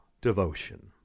devotion